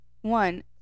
one